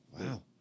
Wow